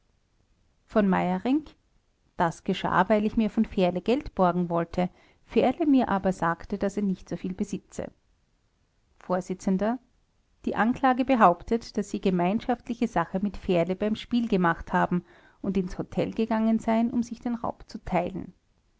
v m das geschah weil ich mir von fährle geld borgen wollte fährle mir aber sagte daß er nicht soviel besitze vors die anklage behauptet daß sie gemeinschaftliche sache mit fährle beim spiel gemacht haben und ins hotel gegangen seien um sich den raub zu teilen